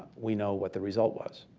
we know what the result was.